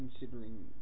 considering